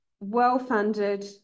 well-funded